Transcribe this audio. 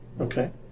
Okay